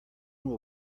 will